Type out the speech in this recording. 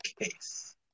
case